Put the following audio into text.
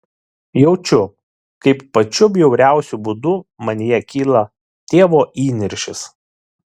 jaučiu kaip pačiu bjauriausiu būdu manyje kyla tėvo įniršis